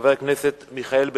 חבר הכנסת יעקב כץ, אינו נמצא.